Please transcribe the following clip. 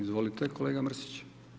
Izvolite kolega Mrsić.